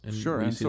Sure